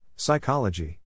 Psychology